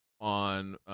on –